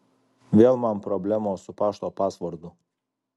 vėl man problemos su pašto pasvordu